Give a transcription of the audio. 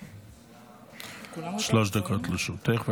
שלוש דקות לרשותך.